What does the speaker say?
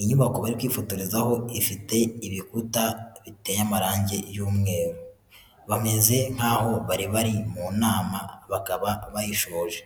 Inyubako bari kwifotorezaho ifite ibikuta biteye amarange y'umweru. Bameze nk'aho bari bari mu nama, bakaba bayishoje.